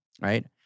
right